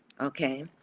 Okay